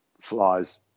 flies